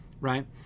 right